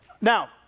now